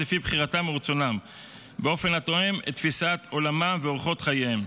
לפי בחירתם ורצונם באופן התואם את תפיסת עולמם ואורחות חייהם.